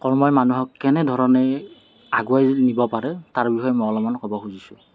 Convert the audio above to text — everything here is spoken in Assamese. কৰ্মই মানুহক কেনেধৰণে আগুৱাই নিব পাৰে তাৰ বিষয়ে মই অলপমান ক'ব খুজিছোঁ